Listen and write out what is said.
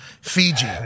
Fiji